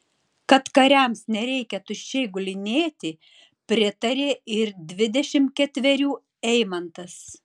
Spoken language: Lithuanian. kad kariams nereikia tuščiai gulinėti pritarė ir dvidešimt ketverių eimantas